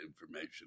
information